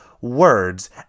words